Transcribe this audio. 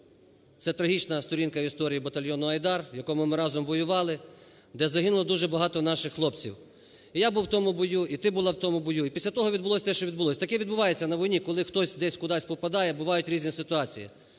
це трагічна сторінка в історії батальйону "Айдар", в якому ми разом воювали, де загинуло дуже багато наших хлопців, і я був в тому бою, і ти була в тому бою. І після того відбулось те, що відбулось, таке відбувається на війні, коли хтось десь кудись попадає, бувають різні ситуації.